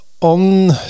On